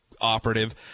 operative